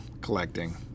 collecting